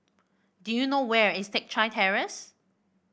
do you know where is Teck Chye Terrace